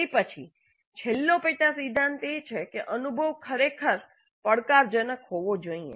તે પછી છેલ્લો પેટા સિદ્ધાંત એ છે કે અનુભવ ખરેખર પડકારજનક હોવો જોઈએ